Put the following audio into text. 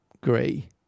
Gray